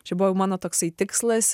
čia buvo jau mano toksai tikslas